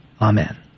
Amen